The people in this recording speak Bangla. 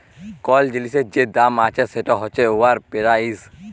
কল জিলিসের যে দাম আছে সেট হছে উয়ার পেরাইস